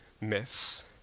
myths